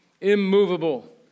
immovable